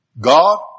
God